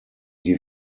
die